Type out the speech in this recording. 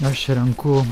aš renku